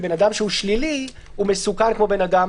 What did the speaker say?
אדם שהבדיקה שלו שלילית הוא מסוכן כמו אדם